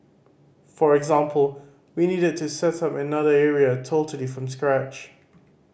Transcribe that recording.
for example we needed to set up at another area totally from scratch